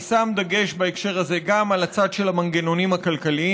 אני שם דגש בהקשר הזה גם על הצד של המנגנונים הכלכליים,